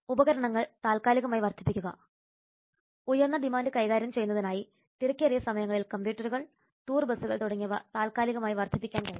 ഉപകരണങ്ങൾ താൽക്കാലികമായി വർദ്ധിപ്പിക്കുക ഉയർന്ന ഡിമാൻഡ് കൈകാര്യം ചെയ്യുന്നതിനായി തിരക്കേറിയ സമയങ്ങളിൽ കമ്പ്യൂട്ടറുകൾ ടൂർ ബസുകൾ തുടങ്ങിയവ താൽക്കാലികമായി വർദ്ധിപ്പിക്കാൻ കഴിയും